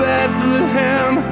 Bethlehem